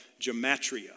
gematria